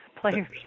players